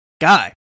guy